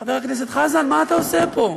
חבר הכנסת חזן, מה אתה עושה פה?